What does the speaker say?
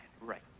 Right